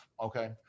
okay